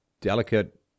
delicate